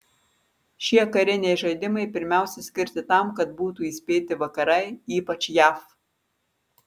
šie kariniai žaidimai pirmiausia skirti tam kad būtų įspėti vakarai ypač jav